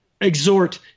exhort